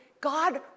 God